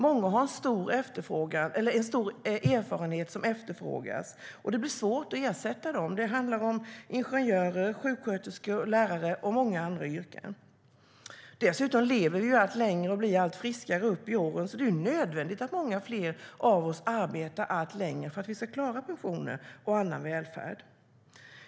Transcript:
Många har en stor erfarenhet som efterfrågas, och det blir svårt att ersätta dem. Det handlar om ingenjörer, sjuksköterskor, lärare och många andra yrken. Dessutom lever vi allt längre och blir allt friskare upp i åren, så det är nödvändigt att många fler av oss arbetar allt längre för att vi ska klara pensioner och annan välfärd.